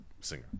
singer